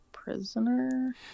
prisoner